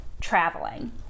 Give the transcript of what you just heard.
traveling